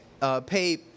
pay